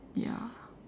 ya